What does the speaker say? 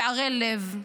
וערל לב?